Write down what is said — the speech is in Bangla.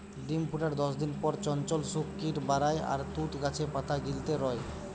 ডিম ফুটার দশদিন পর চঞ্চল শুক কিট বারায় আর তুত গাছের পাতা গিলতে রয়